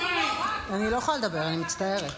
אני לא יכולה לדבר, אני מצטערת.